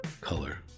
Color